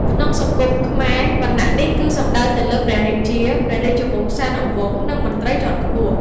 ក្នុងសង្គមខ្មែរ វណ្ណៈនេះគឺសំដៅទៅលើព្រះរាជា ព្រះរាជវង្សានុវង្ស និងមន្ត្រីជាន់ខ្ពស់។